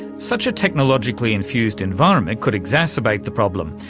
such a technologically infused environment could exacerbate the problem.